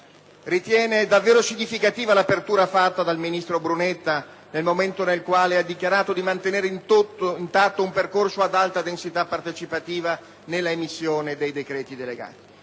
ritiene davvero significativa l'apertura fatta dal ministro Brunetta nel momento in cui ha dichiarato di mantenere intatto un percorso ad alta densità partecipativa nella emanazione dei decreti delegati,